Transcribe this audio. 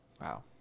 wow